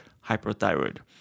hyperthyroid